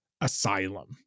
Asylum